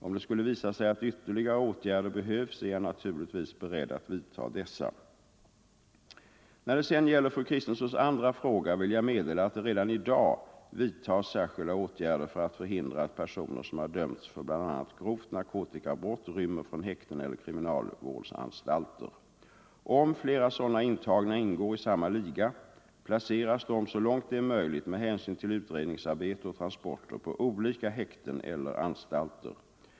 Om det skulle visa sig att ytterligare åtgärder behövs, är jag naturligtvis beredd att vidta dessa. ; När det sedan gäller fru Kristenssons andra fråga vill jag meddela att det redan i dag vidtas särskilda åtgärder för att förhindra att personer som har dömts för bl.a. grovt narkotikabrott rymmer från häkten eller kriminalvårdsanstalter. Om flera sådana intagna ingår i samma liga placeras de så långt det är möjligt med hänsyn till utredningsarbete och transporter på olika häkten eller anstalter.